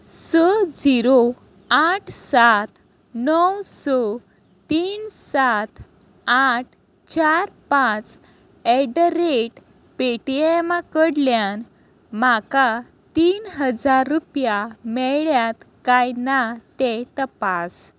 स झिरो आठ सात णव स तीन सात आठ चार पांच एट द रेट पेटीएमा कडल्यान म्हाका तीन हजार रुपया मेळ्ळ्यात कांय ना ते तपास